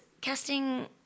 casting